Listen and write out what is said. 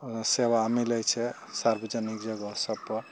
ओ सेवा मिलय छै सार्वजनिक जगह सबपर